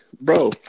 bro